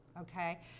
okay